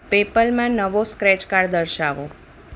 પેપલમાં નવો scratch card દર્શાવો